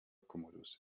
commodus